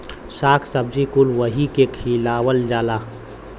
शाक सब्जी कुल वही के खियावल जाला